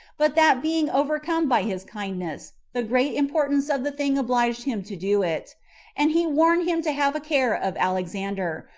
but that being overcome by his kindness, the great importance of the thing obliged him to do it and he warned him to have a care of alexander,